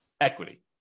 equity